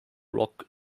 rock